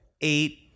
eight